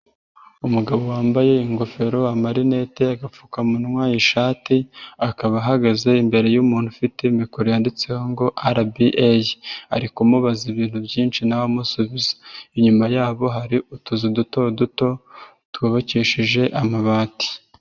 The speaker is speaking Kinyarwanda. Umugabo wambaye ingofero, amarinete, agapfukamunwa, ishati, akaba ahagaze imbere y'umuntu ufite mikoro yanditseho ngo RBA ari kumubaza ibintu byinshi nawe we amusubiza, inyuma yabo hari utuzu duto duto twubakishije amabati.